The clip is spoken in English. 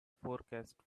forecast